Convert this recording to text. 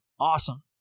Awesome